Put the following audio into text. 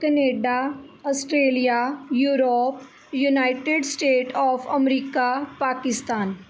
Canada Australia Europe United States of America Pakistan